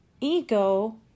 ego